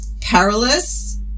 perilous